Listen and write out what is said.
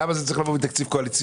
למה זה צריך לבוא מתקציב קואליציוני?